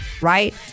right